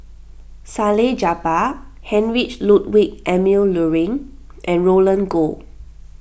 Salleh Japar Heinrich Ludwig Emil Luering and Roland Goh